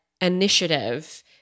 initiative